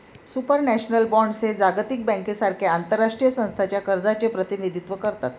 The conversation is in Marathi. सुपरनॅशनल बॉण्ड्स हे जागतिक बँकेसारख्या आंतरराष्ट्रीय संस्थांच्या कर्जाचे प्रतिनिधित्व करतात